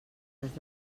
les